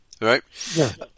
Right